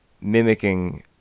mimicking